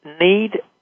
need